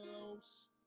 close